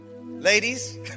ladies